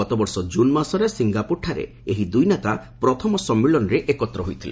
ଗତବର୍ଷ ଜୁନ ମାସରେ ସିଙ୍ଗାପୁରଠାରେ ଏହି ଦୁଇ ନେତା ପ୍ରଥମ ସମ୍ମିଳନୀରେ ଏକତ୍ର ହୋଇଥିଲେ